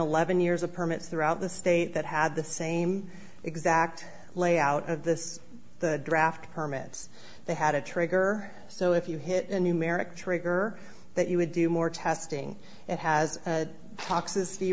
eleven years of permits throughout the state that had the same exact layout of this the draft permits they had a trigger so if you hit a numeric trigger that you would do more testing it has toxicity